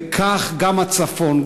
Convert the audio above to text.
וכך גם הצפון,